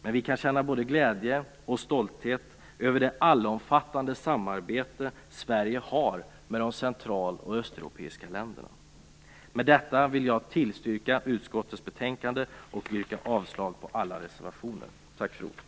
Men vi kan känna både glädje och stolthet över det allomfattande samarbete som Sverige har med de central och östeuropeiska länderna. Med detta vill jag yrka bifall till utskottets hemställan och avslag på alla reservationer. Tack för ordet!